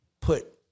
put